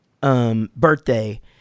birthday